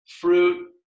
fruit